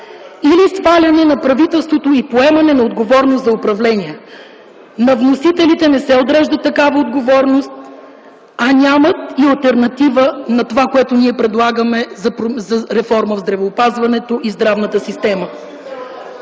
или сваляне на правителството и поемане на отговорност за управлението. На вносителите не се отрежда такава отговорност, а нямат и алтернатива на това, което ние предлагаме за реформа в здравеопазването и здравната система.